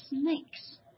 snakes